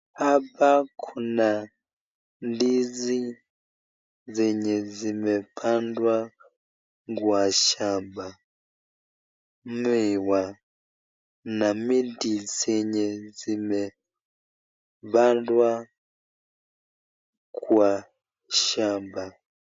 Hapa kuna ndizi zenye zimepandwa kwa shamba, miwa na miti zenye zimepandwa kwa shamba.